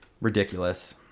ridiculous